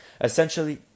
Essentially